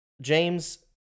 james